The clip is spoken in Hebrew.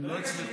הם לא הצליחו.